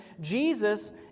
Jesus